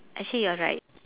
actually you're right